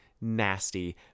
nasty